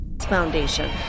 Foundation